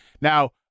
now